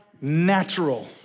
natural